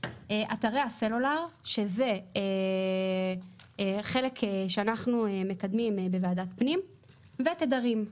אתרי הסלולר שזה חלק שאנחנו מקדמים בוועדת פנים ותדרים.